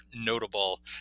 notable